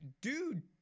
dude